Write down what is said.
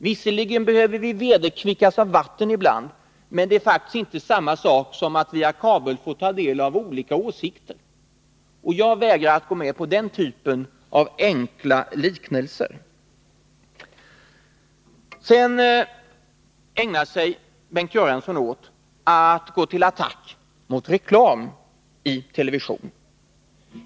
Visserligen behöver vi vederkvickas av vatten ibland, men det är faktiskt inte samma sak som att via kabel få ta del av olika åsikter. Jag vägrar att gå med på den typen av enkla liknelser. Bengt Göransson ägnar sig sedan åt att gå till attack mot reklam i televisionen.